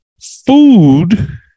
food